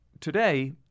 Today